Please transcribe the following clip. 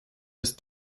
ist